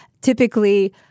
typically